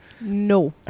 No